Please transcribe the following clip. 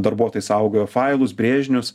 darbuotojai saugojo failus brėžinius